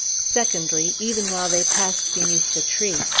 secondly, even while they passed beneath the tree,